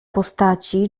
postaci